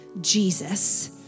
Jesus